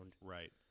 Right